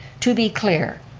to be clear,